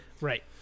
Right